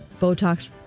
Botox